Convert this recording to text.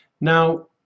Now